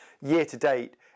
year-to-date